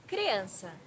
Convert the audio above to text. Criança